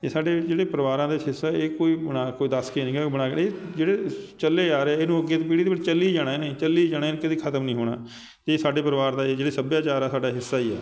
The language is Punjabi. ਇਹ ਸਾਡੇ ਜਿਹੜੇ ਪਰਿਵਾਰਾਂ ਦਾ ਹਿੱਸਾ ਇਹ ਕੋਈ ਉਣਾ ਕੋਈ ਦੱਸ ਕੇ ਨਹੀਂ ਗਿਆ ਕੋਈ ਬਣਾ ਕੇ ਇਹ ਜਿਹੜੇ ਚੱਲੇ ਆ ਰਹੇ ਇਹਨੂੰ ਅੱਗੇ ਪੀੜੀ ਦੇ ਵਿੱਚ ਚੱਲੀ ਜਾਣਾ ਇਹਨੇ ਚੱਲੀ ਜਾਣੇ ਕਦੀ ਖਤਮ ਨਹੀਂ ਹੋਣਾ ਇਹ ਸਾਡੇ ਪਰਿਵਾਰ ਦਾ ਇਹ ਜਿਹੜੇ ਸੱਭਿਆਚਾਰ ਆ ਸਾਡਾ ਹਿੱਸਾ ਹੀ ਆ